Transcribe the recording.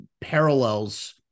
parallels